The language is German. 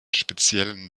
speziellen